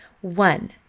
One